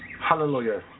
hallelujah